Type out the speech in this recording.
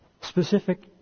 specific